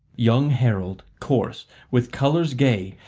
young harold, coarse, with colours gay,